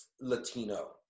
Latino